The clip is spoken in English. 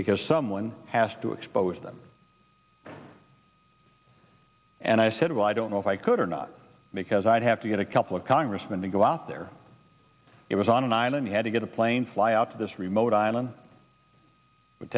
because someone has to expose them and i said well i don't know if i could or not make as i'd have to get a couple of congressmen to go out there it was on an island he had to get a plane fly out to this remote island